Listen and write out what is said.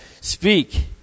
Speak